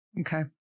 Okay